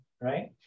right